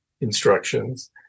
instructions